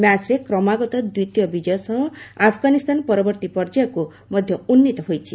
ମ୍ୟାଚ୍ରେ କ୍ରମାଗତ ଦ୍ୱିତୀୟ ବିଜୟ ସହ ଆଫଗାନିସ୍ତାନ ପରବର୍ତ୍ତୀ ପର୍ଯ୍ୟାୟକୁ ମଧ୍ୟ ଉନ୍ଦିତ ହୋଇଛି